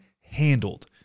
handled